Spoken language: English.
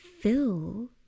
fill